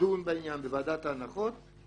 לדון בעניין בוועדת ההנחות,